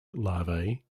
larvae